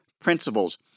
principles